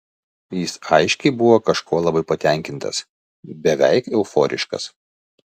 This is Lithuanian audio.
jis aiškiai buvo kažkuo labai patenkintas beveik euforiškas